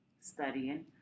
studying